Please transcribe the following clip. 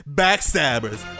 backstabbers